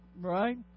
right